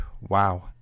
Wow